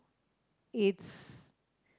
it's